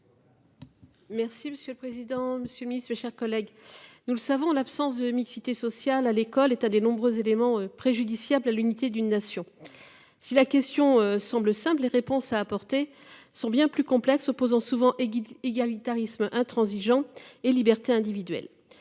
Merci monsieur le président, Monsieur Ministre, chers collègues, nous le savons, en l'absence de mixité sociale à l'école, état des nombreux éléments préjudiciables à l'unité d'une nation. Si la question semble Seb, les réponses à apporter sont bien plus complexe opposant souvent et guide égalitarisme intransigeant et libertés individuelles.